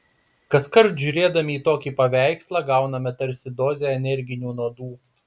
kaskart žiūrėdami į tokį paveikslą gauname tarsi dozę energinių nuodų